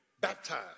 baptized